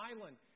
island